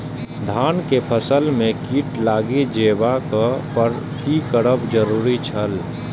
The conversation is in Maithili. धान के फसल में कीट लागि जेबाक पर की करब जरुरी छल?